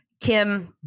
Kim